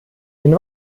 den